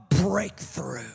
breakthrough